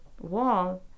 wall